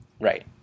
Right